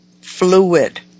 Fluid